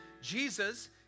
Jesus